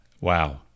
Wow